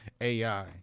AI